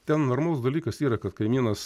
ten normalus dalykas yra kad kaimynas